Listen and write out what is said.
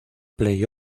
play